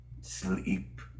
Sleep